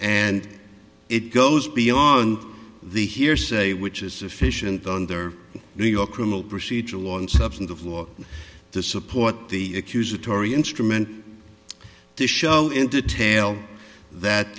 and it goes beyond the hearsay which is sufficient under new york criminal procedure along substantive law to support the accusatory instrument to show in detail that